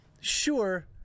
sure